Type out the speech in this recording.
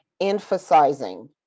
emphasizing